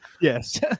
yes